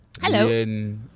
hello